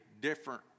different